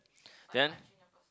then